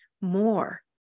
more